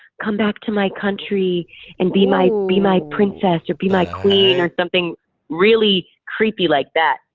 come back to my country and be my be my princess, or be my queen, or something really creepy like that.